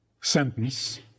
sentence